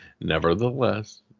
Nevertheless